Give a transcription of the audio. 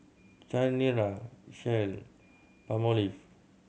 Chanira Shell Palmolive